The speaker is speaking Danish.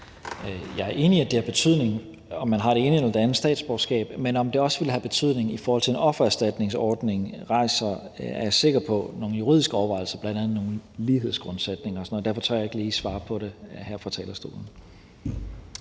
Jeg er enig i, at det har betydning, om man har det ene eller det andet statsborgerskab, men om det også vil have betydning i i forhold til en offererstatningsordning, er jeg sikker på rejser nogle juridiske overvejelser, bl.a. med hensyn til nogle lighedsgrundsætninger og sådan noget. Derfor tør jeg ikke lige svare på det her fra talerstolen.